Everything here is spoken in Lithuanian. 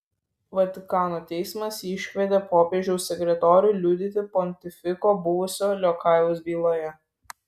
vatikano teismas iškvietė popiežiaus sekretorių liudyti pontifiko buvusio liokajaus byloje